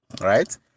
right